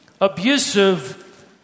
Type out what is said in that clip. abusive